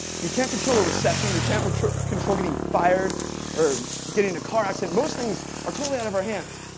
you can't control a recession. you can't control getting fired or getting in a car accident. most things are totally out of our hands.